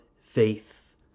faith